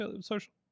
social